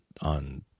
on